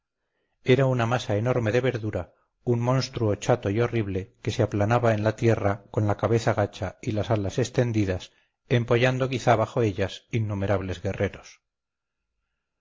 era una masa enorme de verdura un monstruo chato y horrible que se aplanaba en la tierra con la cabeza gacha y las alas extendidas empollando quizás bajo ellas innumerables guerreros